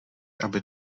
aby